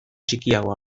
txikiagoa